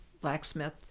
Blacksmith